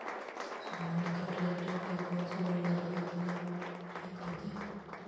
Sonalika tractor के कौन model खेती ला ठीक होतै?